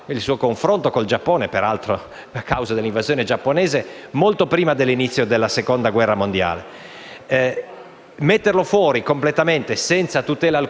il suo confronto con il Giappone, a causa dell'invasione giapponese, molto prima dell'inizio della Seconda guerra mondiale. Metterlo completamente fuori, senza tutela alcuna,